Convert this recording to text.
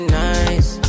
nice